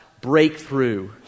breakthrough